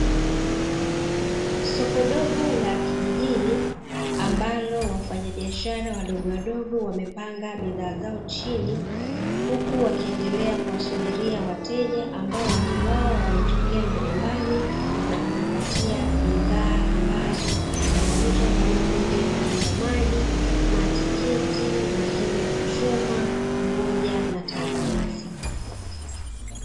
Soko dogo la kijijini ambalo wafanyabiashara wadogo wadogo wamepanga bidhaa zao chini, huku wakiendelea kuwasubiria wateja ambao wengi wao wanatokea majumbani na kujipatia bidhaa ambazo zinauzwa kama vile vitunguu maji, matikiti, mahindi ya kuchoma pamoja na tangawizi.